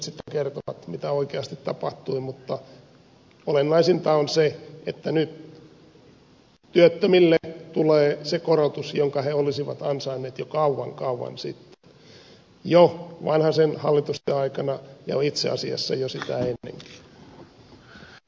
historiankirjoitukset sitten kertovat mitä oikeasti tapahtui mutta olennaisinta on se että nyt työttömille tulee se korotus jonka he olisivat ansainneet jo kauan kauan sitten jo vanhasen hallitusten aikana ja itse asiassa jo sitä ennenkin